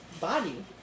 body